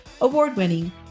award-winning